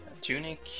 Tunic